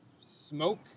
smoke